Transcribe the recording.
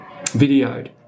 videoed